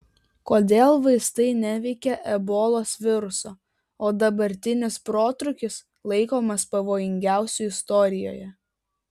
kodėl vaistai neveikia ebolos viruso o dabartinis protrūkis laikomas pavojingiausiu istorijoje